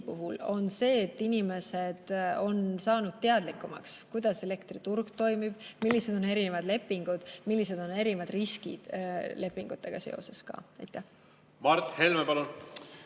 on see, et inimesed on saanud teadlikumaks, kuidas elektriturg toimib, millised on erinevad lepingud, millised on erinevad riskid ka lepingutega seoses. Mart Helme, palun!